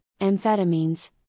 amphetamines